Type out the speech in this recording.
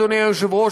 אדוני היושב-ראש,